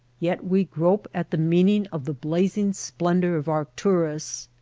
yet we grope at the meaning of the blazing splendor of arcturus.